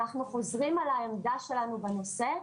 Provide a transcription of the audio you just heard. אנחנו חוזרים על העמדה שלנו בנושא,